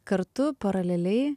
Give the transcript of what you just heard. kartu paraleliai